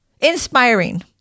inspiring